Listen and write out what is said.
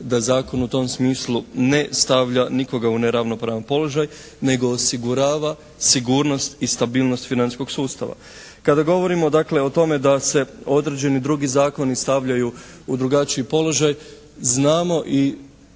da zakon u tom smislu ne stavlja nikoga u neravnopravan položaj, nego osigurava sigurnost i stabilnost financijskog sustava. Kada govorimo dakle o tome da se određeni drugi zakoni stavljaju u drugačiji položaj znamo i